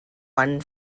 one